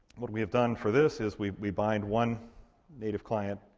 what we have done for this is we we bind one native client